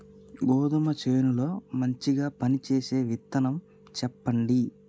గోధుమ చేను లో మంచిగా పనిచేసే విత్తనం చెప్పండి?